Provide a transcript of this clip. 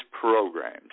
programs